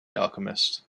alchemist